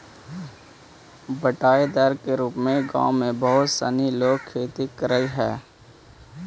बँटाईदार के रूप में गाँव में बहुत सनी लोग खेती करऽ हइ